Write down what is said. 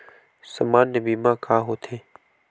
सामान्य बीमा का होथे?